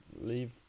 leave